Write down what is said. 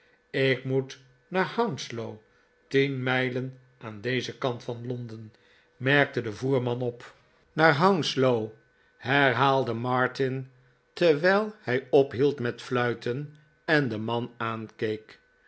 jk moet naar hounslow tien mijlen aan dezen kant van londen merkte de voerman op martin ontvangt inlichtingen naar hounslow herhaalde martin terwijl hij ophield met fluiten en den man aankeek